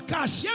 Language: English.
Cash